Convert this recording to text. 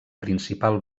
principal